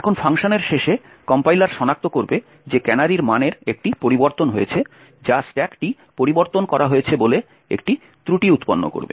এখন ফাংশনের শেষে কম্পাইলার শনাক্ত করবে যে ক্যানারির মানের একটি পরিবর্তন হয়েছে যা স্ট্যাকটি পরিবর্তন করা হয়েছে বলে একটি ত্রুটি উৎপন্ন করবে